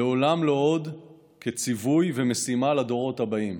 "לעולם לא עוד" כציווי ומשימה לדורות הבאים,